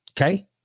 Okay